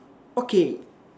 okay